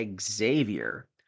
Xavier